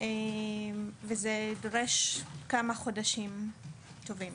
וזה דורש כמה חודשים טובים.